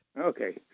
Okay